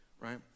right